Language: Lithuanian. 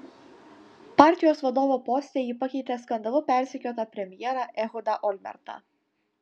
partijos vadovo poste ji pakeitė skandalų persekiotą premjerą ehudą olmertą